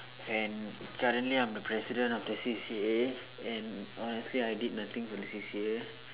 and suddenly I'm the president of the C_C_A and honestly I did nothing for the C_C_A